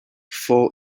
fall